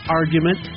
argument